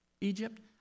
Egypt